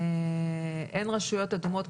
כמו שאמרתי, אין רשויות אדומות.